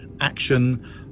action